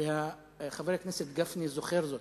וחבר הכנסת גפני זוכר זאת.